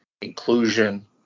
inclusion